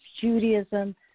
Judaism